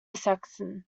saxon